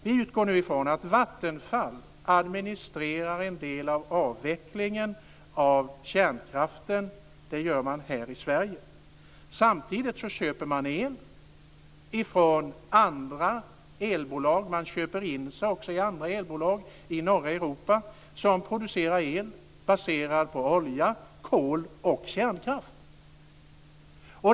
Vi utgår nu ifrån att Vattenfall administrerar en del av avvecklingen av kärnkraften. Det gör man här i Sverige. Samtidigt köper man el från andra elbolag. Man köper in sig i andra elbolag i norra Europa som producerar el baserad på olja, kol och kärnkraft.